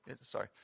Sorry